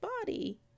body